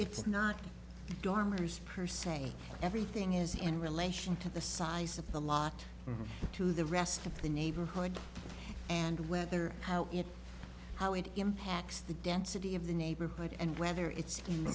dormers per say everything is in relation to the size of the lot to the rest of the neighborhood and whether how it how it impacts the density of the neighborhood and whether it's